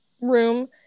room